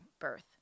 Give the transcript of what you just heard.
birth